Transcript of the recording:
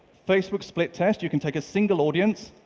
facebook split test, you can take a single audience,